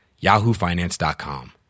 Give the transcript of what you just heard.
yahoofinance.com